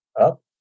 up